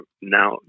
now